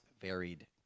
varied